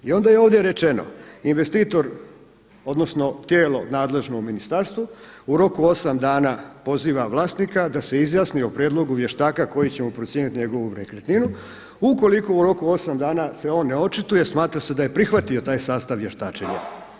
I onda je ovdje rečeno, investitor, odnosno tijelo nadležno u ministarstvu u roku 8 dana poziva vlasnika da se izjasni o prijedlogu vještaka koji će mu procijeniti njegovu nekretninu ukoliko u roku od 8 dana se on ne očituje, smatra se da je prihvatio taj sastav vještačenja.